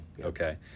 Okay